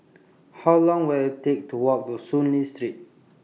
How Long Will IT Take to Walk to Soon Lee Street